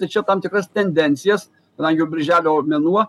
tai čia tam tikras tendencijas kadangi jau birželio mėnuo